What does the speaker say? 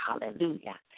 hallelujah